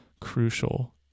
crucial